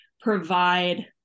provide